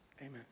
Amen